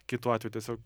kitu atveju tiesiog